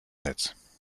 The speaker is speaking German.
netz